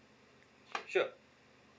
sure